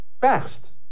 fast